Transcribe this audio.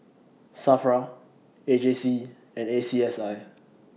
SAFRA A J C and A C S I